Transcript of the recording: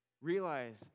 realize